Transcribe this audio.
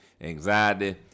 anxiety